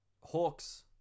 hawks